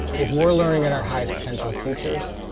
if we're learning at our highest potential as teachers,